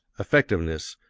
effectiveness,